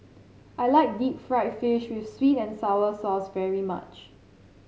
I like Deep Fried Fish with sweet and sour sauce very much